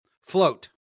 float